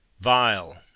Vile